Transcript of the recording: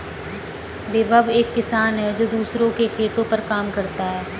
विभव एक किसान है जो दूसरों के खेतो पर काम करता है